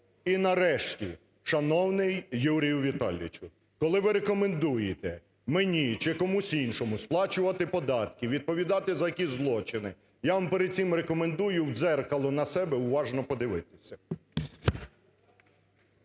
І, нарешті, шановний Юрію Віталійовичу, коли ви рекомендуєте мені, чи комусь іншому сплачувати податки, відповідати за якісь злочини, я вам перед цим рекомендую в дзеркало на себе уважно подивитися.